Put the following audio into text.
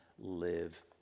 live